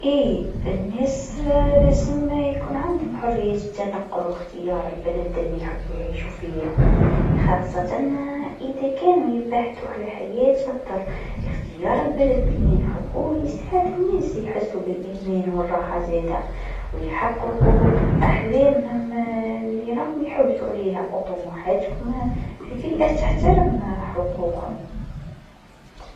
أي، من حق الأفراد اختيار البلد اللي يحبوا يعيشوا فيه. هالشيء يعكس الحرية الشخصية والحقوق الإنسانية. كل واحد عنده الحق في البحث عن حياة أفضل، سواء لأسباب اقتصادية، اجتماعية، أو سياسية، ويجب دعم هذه الخيارات.